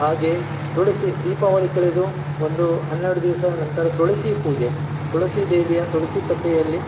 ಹಾಗೇ ತುಳಸಿ ದೀಪಾವಳಿ ಕಳೆದು ಒಂದು ಹನ್ನೆರಡು ದಿವಸ ನಂತರ ತುಳಸಿ ಪೂಜೆ ತುಳಸಿ ದೇವಿಯ ತುಳಸಿ ಕಟ್ಟೆಯಲ್ಲಿ